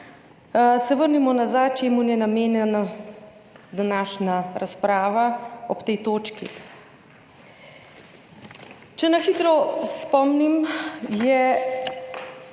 se vrnimo nazaj k temu, čemur je namenjena današnja razprava pri tej točki. Če na hitro spomnim, se